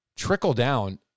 trickle-down